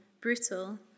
brutal